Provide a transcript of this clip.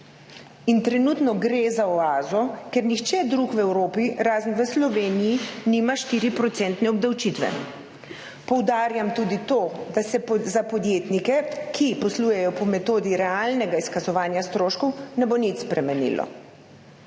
Trenutno gre za oazo, ker nihče drug v Evropi, razen v Sloveniji, nima 4-odstotne obdavčitve. Poudarjam tudi to, da se za podjetnike, ki poslujejo po metodi realnega izkazovanja stroškov, ne bo nič spremenilo.